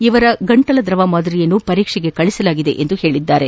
ಇವರ ಗಂಟಲು ದ್ರವ ಮಾದರಿಯನ್ನು ಪರೀಕ್ಷೆಗೆ ಕಳುಹಿಸಲಾಗಿದೆ ಎಂದು ಹೇಳಿದರು